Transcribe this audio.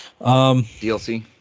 DLC